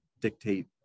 dictate